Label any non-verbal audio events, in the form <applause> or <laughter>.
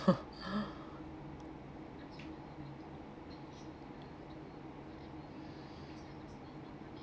<laughs> <breath>